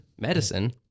Medicine